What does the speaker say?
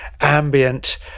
ambient